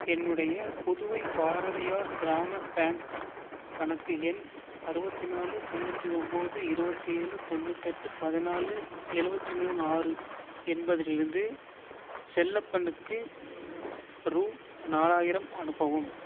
என்னுடைய புதுவை பாரதியார் கிராம பேங்க் கணக்கு எண் அறுபத்தி நாலு தொண்ணூற்றி ஒம்பது இருபத்தி ஏழு தொண்ணூத்தெட்டு பதினாலு எழுவத்தி மூணு ஆறு எண்பதிலிருந்து செல்லப்பனுக்கு ரூ நாலாயிரம் அனுப்பவும்